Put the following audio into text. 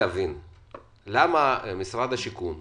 למה משרד השיכון וצה"ל,